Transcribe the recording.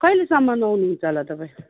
कहिलेसम्म आउनुहुन्छ होला तपाईँ